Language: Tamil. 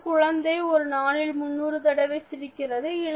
ஒரு குழந்தை ஒரு நாளில் 300 தடவை சிரிக்கிறது